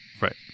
Right